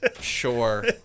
Sure